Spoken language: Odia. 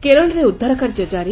କେରଳରେ ଉଦ୍ଧାର କାର୍ଯ୍ୟ କାରି